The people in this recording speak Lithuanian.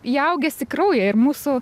įaugęs į kraują ir mūsų